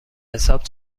حساب